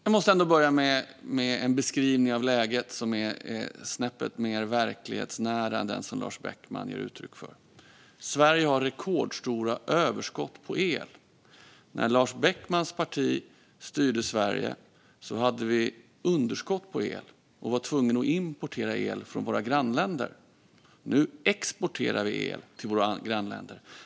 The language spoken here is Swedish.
Jag måste börja med en lägesbeskrivning som är snäppet mer verklighetsnära än den som Lars Beckman ger uttryck för. Sverige har rekordstora överskott på el. När Lars Beckmans parti styrde Sverige hade vi underskott på el och var tvungna att importera el från våra grannländer. Nu exporterar vi el till våra grannländer.